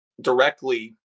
directly